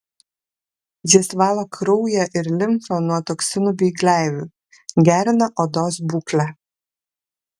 jis valo kraują ir limfą nuo toksinų bei gleivių gerina odos būklę